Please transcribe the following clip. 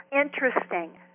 interesting